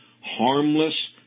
harmless